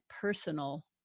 personal